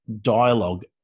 dialogue